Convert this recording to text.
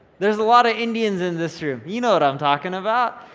there's a lot of indians in this room, you know what i'm talking about,